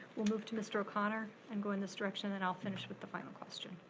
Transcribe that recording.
we'll move to mr. o'connor and go in this direction and i'll finish with the final question.